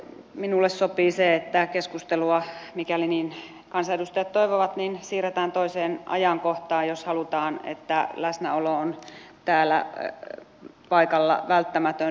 minulle sopii se että keskustelua mikäli niin kansanedustajat toivovat siirretään toiseen ajankohtaan jos halutaan että läsnäolo on täällä paikalla välttämätön